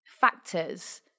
factors